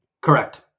Correct